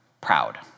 proud